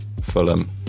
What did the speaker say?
Fulham